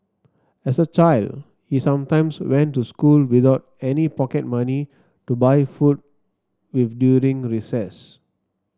as a child he sometimes went to school without any pocket money to buy food with during recess